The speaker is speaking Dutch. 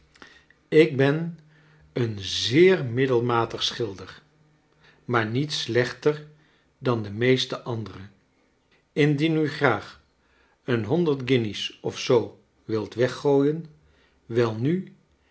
ik ben een zeer middelmatig schilder maar niet slechter dan de meeste andere indien u graag een honderd guinjes of zoo wilt weggooien welnu